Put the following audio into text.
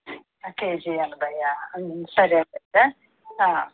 KG ఎనభై సరే అయితే